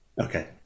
Okay